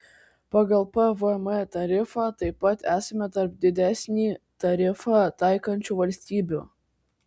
pagal pvm tarifą taip pat esame tarp didesnį tarifą taikančių valstybių